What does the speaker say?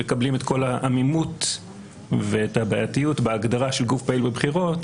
מקבלים את כל העמימות ואת הבעייתיות של גוף פעיל בבחירות,